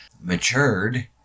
matured